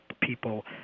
people